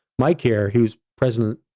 mike here, who's president,